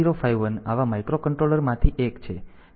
તેથી 8051 આવા માઇક્રોકન્ટ્રોલર માંથી એક છે